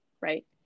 right